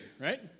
right